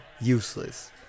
useless